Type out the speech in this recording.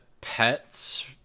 pets